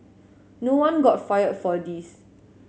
no one got fired for this